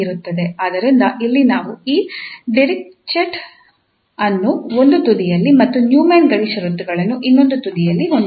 ಆದ್ದರಿಂದ ಇಲ್ಲಿ ನಾವು ಈ ಡಿರಿಚ್ಲೆಟ್ ಅನ್ನು ಒಂದು ತುದಿಯಲ್ಲಿ ಮತ್ತು ನ್ಯೂಮನ್ ಗಡಿ ಷರತ್ತುಗಳನ್ನು ಇನ್ನೊಂದು ತುದಿಯಲ್ಲಿ ಹೊಂದಿದ್ದೇವೆ